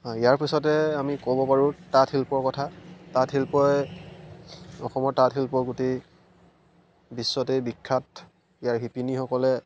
ইয়াৰ পিছতে আমি ক'ব পাৰোঁ তাঁতশিল্পৰ কথা তাঁতশিল্পই অসমৰ তাঁতশিল্প গোটেই বিশ্বতে বিখ্যাত ইয়াৰ শিপিনীসকলে